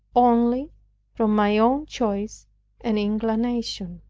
only from my own choice and inclination.